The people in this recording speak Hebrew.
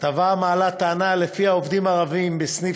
כתבה המעלה טענה שלפיה עובדים ערבים בסניף